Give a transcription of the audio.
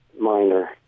minor